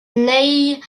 neil